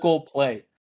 play